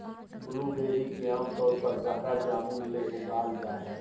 blueberry के आमतौर पर गहरा जामुन ले उगाल जा हइ